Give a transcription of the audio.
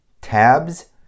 tabs